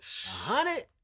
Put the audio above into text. Hundred